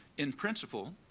in principle,